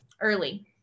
early